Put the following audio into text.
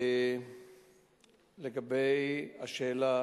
לגבי השאלה